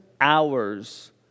hours